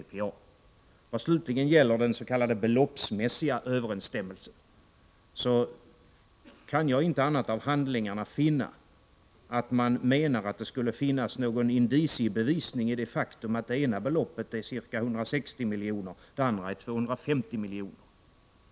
När det slutligen gäller den s.k. beloppsmässiga överensstämmelsen kan jag av handlingarna inte finna annat än att man menar att det skulle finnas någon indiciebevisning i det faktum att det ena beloppet är ca 160 miljoner och det andra 250 miljoner.